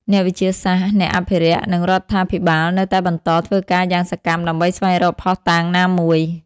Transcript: អ្នកវិទ្យាសាស្ត្រ អ្នកអភិរក្ស និងរដ្ឋាភិបាលនៅតែបន្តធ្វើការយ៉ាងសកម្មដើម្បីស្វែងរកភស្តុតាងណាមួយ។